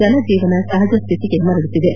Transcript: ಜನಜೀವನ ಸಹಜ ಸ್ವಿತಿಗೆ ಮರಳುತ್ತಿದೆ